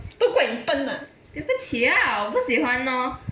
ah